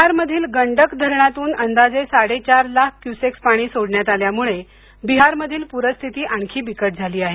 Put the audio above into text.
बिहार मधील गंडक धरणातून अंदाजे साडे चार लाख क्युसेक्स पाणी सोडण्यात आल्यामुळे बिहार मधील पूरस्थिती आणखी बिकट झाली आहे